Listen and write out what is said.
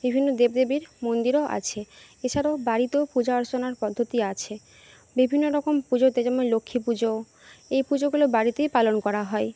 বিভিন্ন দেবদেবীর মন্দিরও আছে এছাড়াও বাড়িতেও পূজা অর্চনার পদ্ধতি আছে বিভিন্ন রকম পুজোতে যেমন লক্ষ্মী পুজো এই পুজোগুলো বাড়িতেই পালন করা হয়